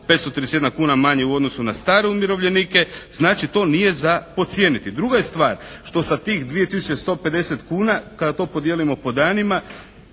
531 kuna manje u odnosu na stare umirovljenike. Znači, to nije za podcijeniti. Druga je stvar što sa tih 2150 kuna kada to podijelimo po danima,